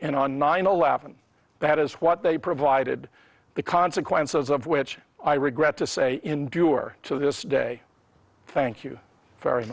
and on nine eleven that is what they provided the consequences of which i regret to say endure to this day thank you very